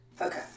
Okay